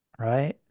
Right